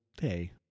hey